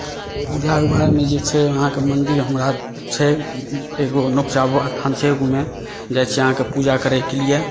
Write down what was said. पूजाके बादमे जे छै अहाँकेँ मन्दिर हमरा छै एगो नकूचा बाबा स्थान छै ओहिमे जाइ छी अहाँकेँ पूजा करैके लिए